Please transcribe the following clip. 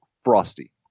Frosty